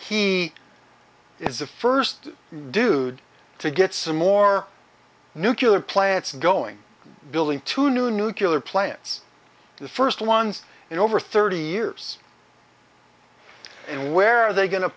he is the first dude to get some more nucular plants going building to new nucular plants the first ones in over thirty years and where are they going to